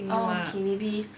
oh okay maybe